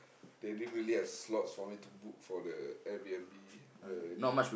they didn't really have slots for me to book for the air-B_N_B where they